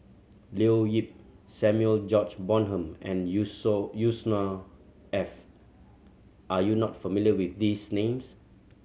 Leo Yip Samuel George Bonham and Yusnor Ef are you not familiar with these names